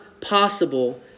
possible